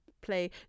play